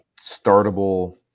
startable